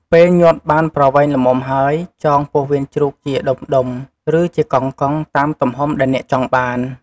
ពេលញាត់បានប្រវែងល្មមហើយ ចងពោះវៀនជ្រូកជាដុំៗ ឬជាកង់ៗ តាមទំហំដែលអ្នកចង់បាន។